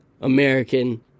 American